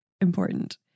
important